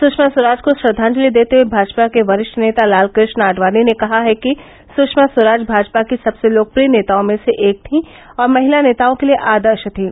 सुषमा स्वराज को श्रद्धांजलि देते हुए भाजपा के वरिष्ठ नेता लालकृष्ण आंडवाणी ने कहा है कि सूषमा स्वराज भाजपा की सबसे लोकप्रिय नेताओं में से एक थीं और महिला नेताओं के लिए आदर्श थीं